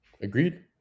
Agreed